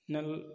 नल